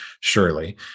Surely